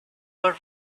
were